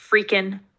freaking